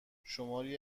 شماری